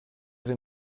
sie